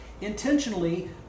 Intentionally